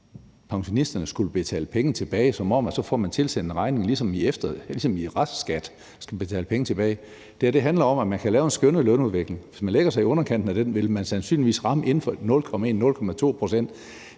pensionisterne skal betale penge tilbage, som om de så får tilsendt en regning, altså at de ligesom med restskat skal betale penge tilbage. Det her handler om, at man kan lave en skønnet lønudvikling, og hvis man lægger sig i underkanten af den, vil man sandsynligvis ramme inden for 0,1, 0,2 pct.